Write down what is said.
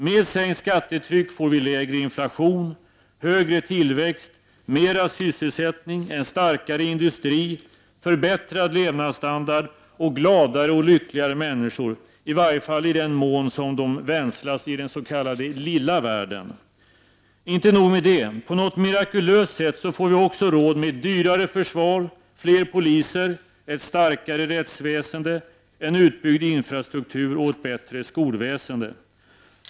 Med sänkt skattetryck får vi lägre inflation, högre tillväxt, mera sysselsättning, en starkare industri, förbättrad levnadsstandard och gladare och lyckligare människor, i varje fall i den mån de vänslas i den s.k. lilla världen. Inte nog med detta. På något — Prot. 1989/90:140 mirakulöst sätt får vi också råd med ett dyrare försvar, fler poliser, ett star — 13 juni 1990 kare rättsväsende, en utbyggd infrastruktur och ett bättre skolväsende.